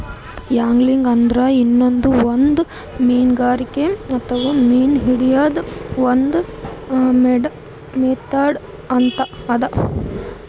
angling ಅಂದ್ರ ಇದೂನು ಒಂದ್ ಮೀನ್ಗಾರಿಕೆ ಅಥವಾ ಮೀನ್ ಹಿಡ್ಯದ್ದ್ ಒಂದ್ ಮೆಥಡ್ ಅದಾ